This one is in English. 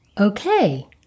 Okay